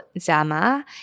Zama